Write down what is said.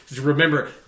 remember